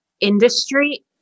industry